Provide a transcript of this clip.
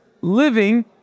living